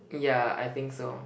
ya I think so